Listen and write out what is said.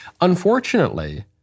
unfortunately